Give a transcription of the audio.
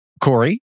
Corey